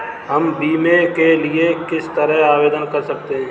हम बीमे के लिए किस तरह आवेदन कर सकते हैं?